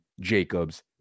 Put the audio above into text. Jacobs